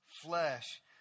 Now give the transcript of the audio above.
flesh